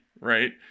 Right